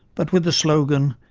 but with the slogan,